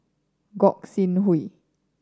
Gog Sing Hooi